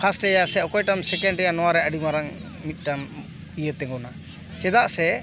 ᱯᱷᱟᱥᱴᱮᱭᱟ ᱥᱮ ᱚᱠᱚᱴᱟᱜ ᱮᱢ ᱥᱮᱠᱮᱱᱰ ᱮᱭᱟ ᱱᱚᱶᱟ ᱨᱮᱭᱟᱜ ᱟᱹᱰᱤ ᱢᱟᱨᱟᱝ ᱢᱤᱫᱴᱟᱝ ᱤᱭᱟᱹ ᱛᱤᱸᱜᱩᱱᱟ ᱪᱮᱫᱟᱜ ᱥᱮ